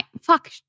fuck